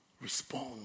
Respond